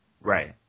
Right